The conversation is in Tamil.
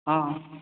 ஆ